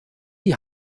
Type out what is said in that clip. die